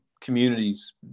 communities